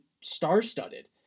star-studded